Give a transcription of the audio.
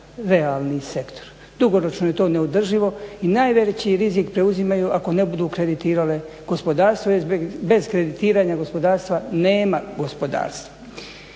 realni sektor. Dugoročno je to neodrživo i najveći rizik preuzimaju ako ne budu kreditirale gospodarstvo jer bez kreditiranja gospodarstva nema gospodarstva.